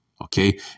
Okay